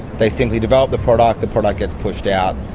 they simply develop the product, the product gets pushed out.